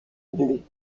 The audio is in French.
bleu